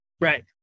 Right